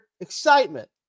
Excitement